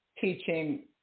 teaching